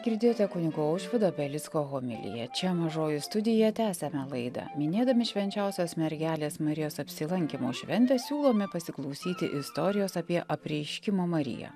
girdėjote kunigo aušvydo belicko homiliją čia mažoji studija tęsiame laidą minėdami švčenčiausios mergelės marijos apsilankymo šventę siūlome pasiklausyti istorijos apie apreiškimo mariją